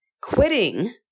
quitting